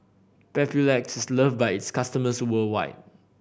papulex is loved by its customers worldwide